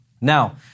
Now